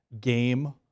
game